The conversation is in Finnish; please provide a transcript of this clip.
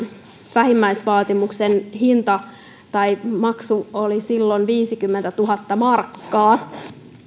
vähimmäisvaatimuksen maksu oli silloin viisikymmentätuhatta markkaa